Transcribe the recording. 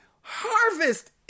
harvest